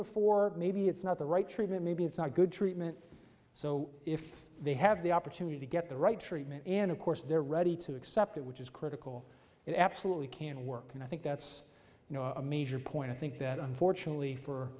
before maybe it's not the right treatment maybe it's not good treatment so if they have the opportunity to get the right treatment and of course they're ready to accept it which is critical it absolutely can work and i think that's a major point i think that unfortunately for